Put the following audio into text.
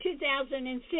2006